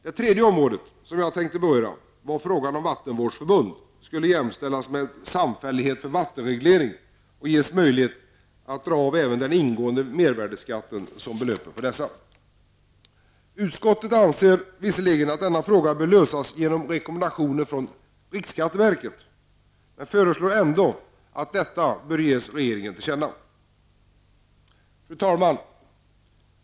Det tredje område som jag tänkte beröra är frågan huruvida vattenvårdsförbund skall jämställas med samfällighet för vattenreglering och ges möjlighet att dra av även den ingående mervärdeskatten som belöper på dessa. Utskottet anser visserligen att denna fråga bör lösas genom rekommendationer från riksskatteverket men förelår ändå att detta bör ges regeringen till känna. Fru talman!